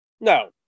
No